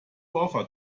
offer